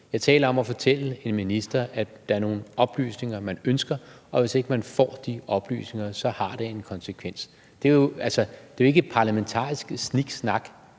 Jeg taler om at fortælle en minister, at der er nogle oplysninger, man ønsker, og hvis ikke man får de oplysninger, har det en konsekvens. Det er jo ikke parlamentarisk sniksnak;